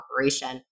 operation